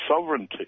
sovereignty